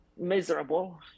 miserable